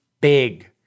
big